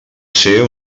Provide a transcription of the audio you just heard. ser